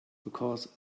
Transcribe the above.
because